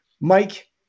Mike